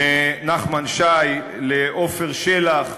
לנחמן שי, לעפר שלח,